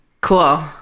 cool